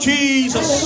Jesus